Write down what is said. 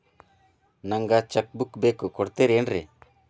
ನಂಗ cheque book ಬೇಕು ಕೊಡ್ತಿರೇನ್ರಿ?